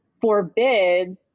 forbids